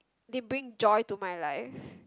they bring joy to my life